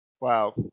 wow